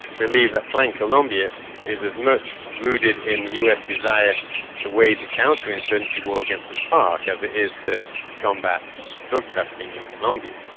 believe that plan colombia is as much rooted in the us desire to wage a counter-insurgency war against the farc as it is to combat drug trafficking in colombia.